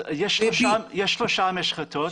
יש שלוש משחטות,